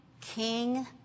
king